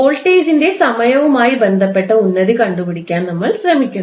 വോൾട്ടേജിൻറെ സമയവുമായി ബന്ധപ്പെട്ട ഉന്നതി കണ്ടുപിടിക്കാൻ നമ്മൾ ശ്രമിക്കുന്നു